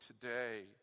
today